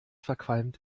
verqualmt